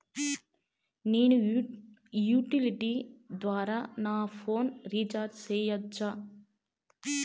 నేను యుటిలిటీ ద్వారా నా ఫోను రీచార్జి సేయొచ్చా?